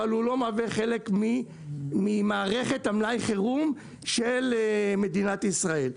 אבל הוא לא מהווה חלק ממערכת המלאי חירום של מדינת ישראל.